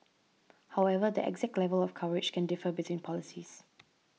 however the exact level of coverage can differ between policies